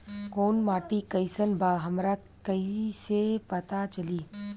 कोउन माटी कई सन बा हमरा कई से पता चली?